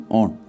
on